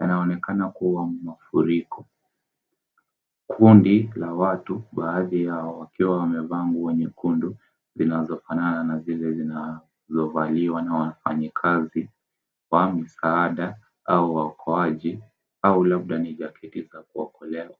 Yanaonekana kuwa mafuriko. Kundi la watu baadhi yao wakiwa wamevaa nguo nyekundu zinazofanana na zile zinazovaliwa na wafanyikazi wa misaada au waokoaji au labda ni za shirika la kuokolea.